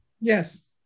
Yes